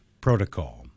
Protocol